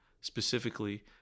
specifically